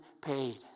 paid